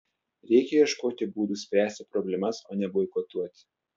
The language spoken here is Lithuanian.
reikia ieškoti būdų spręsti problemas o ne boikotuoti